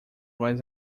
was